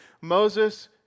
Moses